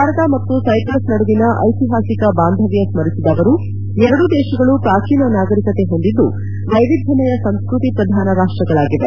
ಭಾರತ ಮತ್ತು ಸೈಪ್ರಸ್ ನಡುವಿನ ಐತಿಹಾಸಿಕ ಬಾಂಧವ್ಯ ಸ್ಮರಿಸಿದ ಅವರು ಎರಡೂ ದೇಶಗಳು ಪ್ರಾಜೀನ ನಾಗರೀಕತೆ ಹೊಂದಿದ್ದು ವೈವಿಧ್ಯಮಯ ಸಂಸ್ಟತಿ ಪ್ರಧಾನ ರಾಷ್ಟಗಳಾಗಿವೆ